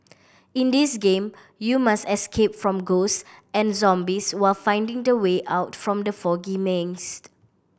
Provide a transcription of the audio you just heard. in this game you must escape from ghost and zombies while finding the way out from the foggy maze